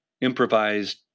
improvised